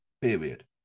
Period